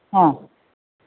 ആ